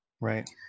Right